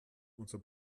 unser